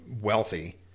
wealthy